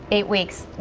eight weeks.